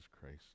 Christ